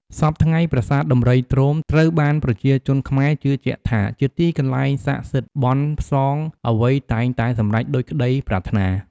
សព្វថ្ងៃប្រាសាទដំរីទ្រោម ត្រូវបានប្រជាជនខ្មែរជឿជាក់ថាជាទីកន្លែងស័ក្តិសិទ្ធ បន់ផ្សងអ្វីតែងតែសម្រេចដូចក្ដីប្រាថ្នា។